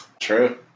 True